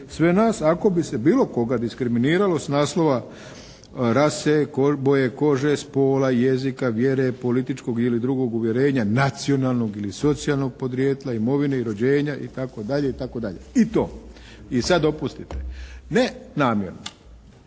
sve nas ako bi se bilo koga diskriminiralo s naslova rase, boje kože, spola, jezika, vjere, političkog ili drugog uvjerenja, nacionalnog ili socijalnog podrijetla, imovine i rođenja itd., itd. i to. I sad dopustite ne namjerno,